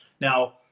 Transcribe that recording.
now